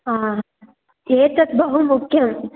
आ एतत् बहु मुख्यम्